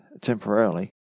temporarily